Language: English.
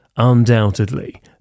undoubtedly